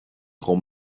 chomh